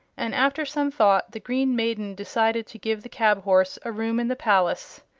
and after some thought the green maiden decided to give the cab-horse a room in the palace,